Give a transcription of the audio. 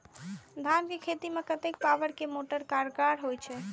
धान के खेती में कतेक पावर के मोटर कारगर होई छै?